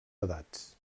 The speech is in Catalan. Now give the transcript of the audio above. edats